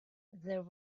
there